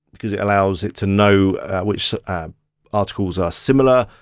cause it allows it to know which ah um articles are similar.